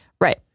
Right